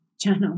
Channel